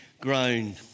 ground